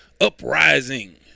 uprising